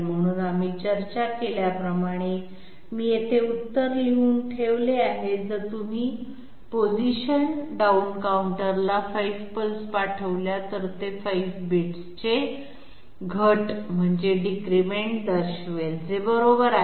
म्हणून आम्ही चर्चा केल्याप्रमाणे मी येथे उत्तर लिहून ठेवले आहे जर तुम्ही पोझिशन डाऊन काउंटरला 5 पल्स पाठवल्या तर ते 5 बिट्सचे घट दर्शवेल जे बरोबर आहे